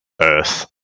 Earth